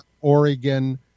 Oregon